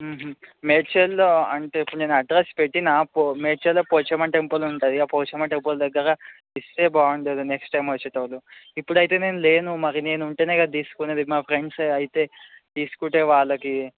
మేడ్చల్లో అంటే ఇప్పుడు నేను అడ్రస్ పెట్టిన పో మేడ్చల్లో పోచమ్మ టెంపుల్ ఉంటుంది ఆ పోచమ్మ టెంపుల్ దగ్గర ఇస్తే బాగుంటుంది నెక్స్ట్ టైమ్ వచ్చేటప్పుడు ఇప్పుడు అయితే నేను లేను మరి నేను ఉంటే కదా తీసుకునేది మా ఫ్రెండ్స్ అయితే తీసుకుంటే వాళ్ళకి